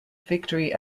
victory